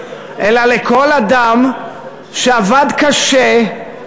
אלא לכל אדם שעבד קשה,